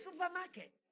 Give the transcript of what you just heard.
supermarket